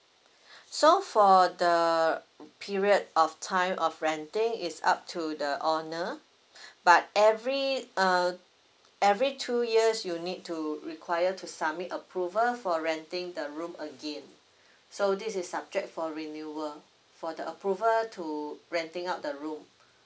so for the period of time of renting is up to the owner but every uh every two years you need to require to submit approval for renting the room again so this is subject for renewal for the approval to renting out the room